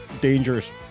dangerous